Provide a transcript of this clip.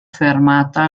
fermata